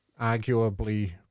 arguably